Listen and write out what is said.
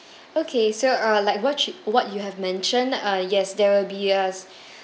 okay so uh like what you what you have mentioned uh yes there will be a